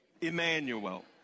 Emmanuel